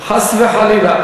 חס וחלילה.